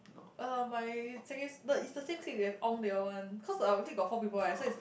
uh my secondary no it's the same clique with ong they all one cause our clique got four people right so is